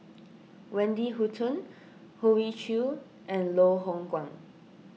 Wendy Hutton Hoey Choo and Loh Hoong Kwan